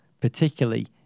particularly